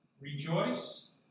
Rejoice